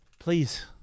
Please